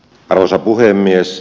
arvoisa puhemies